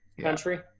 country